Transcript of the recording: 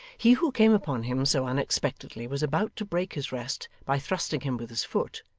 he who came upon him so unexpectedly was about to break his rest by thrusting him with his foot,